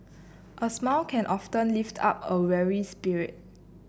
a smile can often lift up a weary spirit